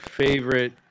favorite